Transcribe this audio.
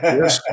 Yes